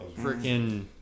freaking